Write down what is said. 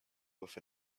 with